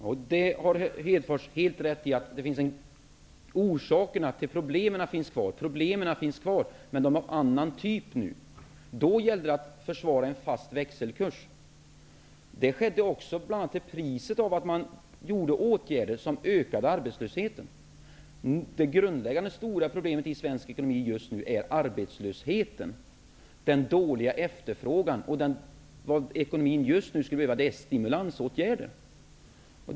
Herr talman! Lars Hedfors har helt rätt i att orsakerna till problemen och problemen finns kvar men att de är av annan typ nu. Då gällde det att försvara den fasta växelkursen. Det skedde också till priset av att man genomförde åtgärder som ökade arbetslösheten. Det grundläggande stora problemet i svensk ekonomi just nu är arbetslösheten och den dåliga efterfrågan. Vad ekonomin skulle behöva är stimulansåtgärder.